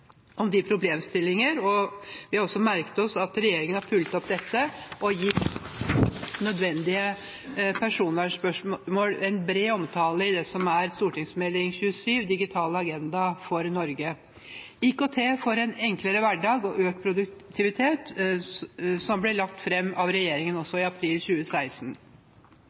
om de problemstillingene på veldig mange samfunnsområder. Vi har også merket oss at regjeringen har fulgt opp dette og gitt nødvendige personvernspørsmål en bred omtale i Meld. St. 27 for 2015–2016, Digital agenda for Norge – IKT for en enklere hverdag og økt produktivitet, som ble lagt fram av regjeringen i april 2016.